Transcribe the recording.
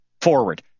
forward